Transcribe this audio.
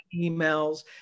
emails